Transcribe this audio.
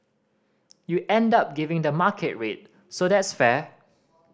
you end up giving the market rate so that's fair